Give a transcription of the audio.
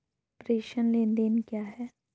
प्रेषण लेनदेन क्या है?